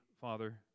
Father